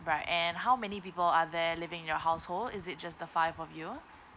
right and how many people are there living in your household is it just the five of you